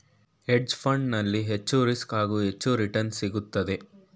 hedge fund ನಲ್ಲಿ ಹೆಚ್ಚು risk, ಹಾಗೂ ಹೆಚ್ಚು ರಿಟರ್ನ್ಸ್ ಸಿಗುತ್ತದೆ